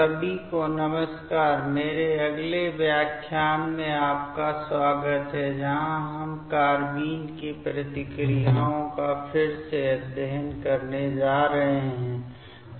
सभी को नमस्कार मेरे अगले व्याख्यान में आपका स्वागत है जहां हम कार्बेन की प्रतिक्रियाओं का फिर से अध्ययन करने जा रहे हैं